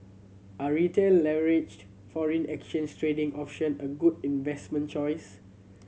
are Retail leveraged foreign exchange trading option a good investment choice